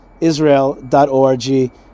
israel.org